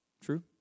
True